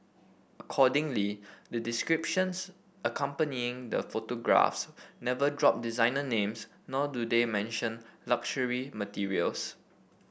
accordingly the descriptions accompanying the photographs never drop designer names nor do they mention luxury materials